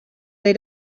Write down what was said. they